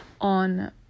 on